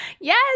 Yes